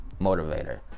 motivator